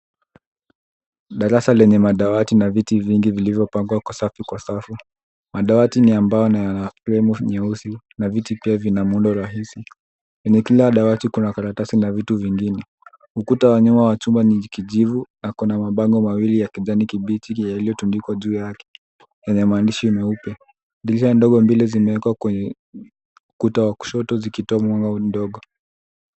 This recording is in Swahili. Darasa lenye madawati na viti vingi vilivyopangwa kwa safu kwa safu, madawati ni ya mbao na ya fremu nyeusi na viti pia vina muundo rahisi. Kwenye kila dawati kuna karatasi na vitu vingine, ukuta wa nyuma wa chuma ni kijivu na kuna mabango mawili ya kijani kibichi yaliyotundikwa juu yake yenye maandishi meupe. Dirisha ndogo mbili zimewekwa kwenye ukuta wa kushoto zikitoa mwanga mdogo.